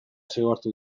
zigortu